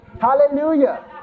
hallelujah